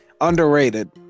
Underrated